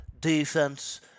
Defense